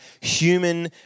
human